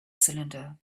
cylinder